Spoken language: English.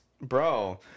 Bro